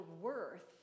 worth